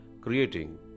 creating